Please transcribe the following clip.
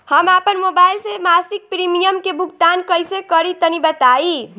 हम आपन मोबाइल से मासिक प्रीमियम के भुगतान कइसे करि तनि बताई?